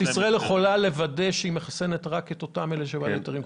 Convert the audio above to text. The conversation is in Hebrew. ישראל יכולה לוודא שהיא מחסנת רק את אותם אלה שהם בעלי היתרים קבועים.